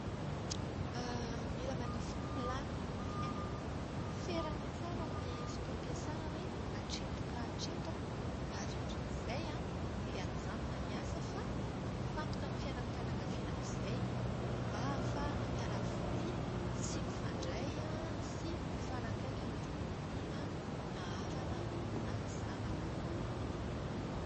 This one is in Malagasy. Mila manisy planina amin'ny fiainana. Ferana tsara ny fotoam-piasàna hoe hatreto ka hatreto, ary aorian'izay dia hajanona ny asa fa mifantoka amin'ny fiainam-pianakaviana amin'izay. Mba ahafahana miala voly sy mifandray sy mifanakaiky amin'ireo olon-tiana, na havana na zanaka.